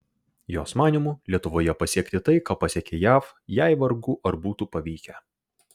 jos manymu lietuvoje pasiekti tai ką pasiekė jav jai vargu ar būtų pavykę